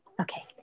okay